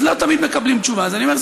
אז לא תמיד מקבלים תשובה אז אני אומר,